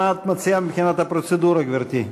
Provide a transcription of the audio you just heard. מה את מציעה מבחינת הפרוצדורה, גברתי?